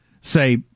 say